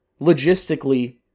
logistically